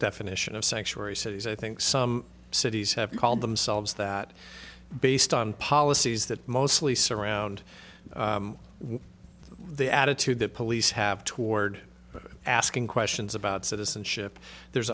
definition of sanctuary cities i think some cities have called themselves that based on policies that mostly surround the attitude that police have toward asking questions about citizenship there's